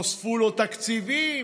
נוספו לו תקציבים,